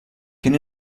can